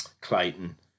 Clayton